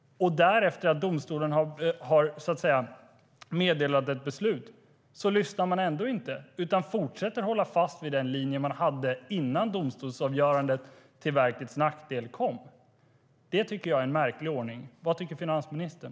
Efter att domstolen har meddelat ett beslut lyssnar man ändå inte utan fortsätter hålla fast vid den linje man hade innan domstolsavgörandet till verkets nackdel kom. Det tycker jag är en märklig ordning. Vad tycker finansministern?